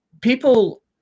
people